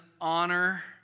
honor